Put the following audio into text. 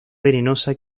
venenosa